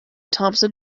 thomson